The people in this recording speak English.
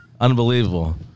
Unbelievable